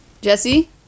Jesse